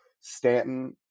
Stanton